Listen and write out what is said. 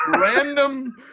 random